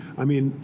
i mean,